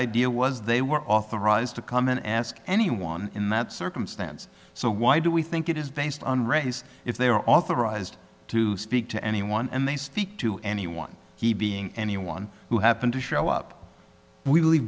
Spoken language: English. idea was they were authorized to come in ask anyone in that circumstance so why do we think it is based on race if they are authorized to speak to anyone and they speak to anyone he being anyone who happened to show up we